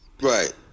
Right